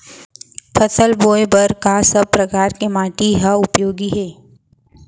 फसल बोए बर का सब परकार के माटी हा उपयोगी हे?